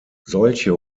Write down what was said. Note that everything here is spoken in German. solche